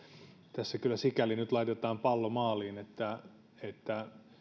tässä kyllä sikäli nyt laitetaan pallo maaliin että että